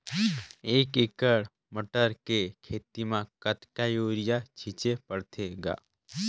एक एकड़ मटर के खेती म कतका युरिया छीचे पढ़थे ग?